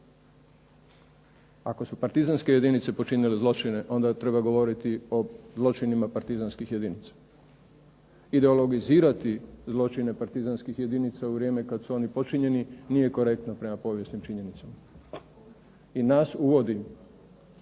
Ako su partizanske jedinice počinile zločine onda treba govoriti o zločinima partizanskih jedinica. Ideologizirati zloćine partizanskih jedinica u vrijeme kad su oni počinjeni nije korektno prema povijesnim činjenicama i nas uvodi